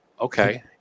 okay